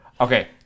okay